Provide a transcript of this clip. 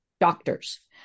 doctors